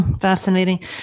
Fascinating